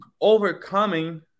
overcoming